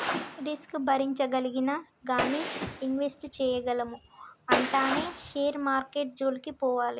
risk భరించగలిగినా గానీ invest చేయగలము అంటేనే షేర్ మార్కెట్టు జోలికి పోవాలి